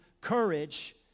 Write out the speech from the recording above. courage